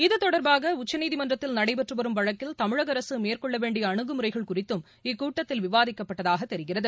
இதுதொடர்பாகஉச்சநீதிமன்றத்தில் நடைபெற்றுவரும் வழக்கில் தமிழகஅரசுமேற்கொள்ளவேண்டியஅனுகுமுறைகள் குறித்தும் இக்கூட்டத்தில் விவாதிக்கப்பட்டதாகதெரிகிறது